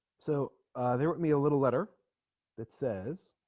so they're with me a little letter that says